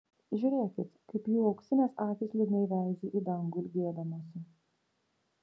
žiūrėkit kaip jų auksinės akys liūdnai veizi į dangų ilgėdamosi